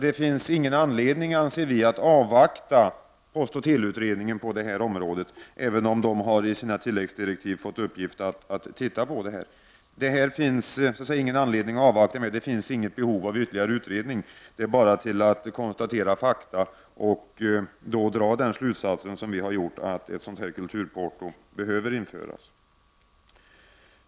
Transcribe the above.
Det finns därför ingen anledning att avvakta postoch teleutredningen, även om den i sina tilläggsdirektiv har fått i uppgift att titta på den frågan. Det finns inget behov av ytterligare utredning. Det är bara att konstatera fakta och dra den slutsats som vi har gjort, dvs. att ett kulturporto behöver införas.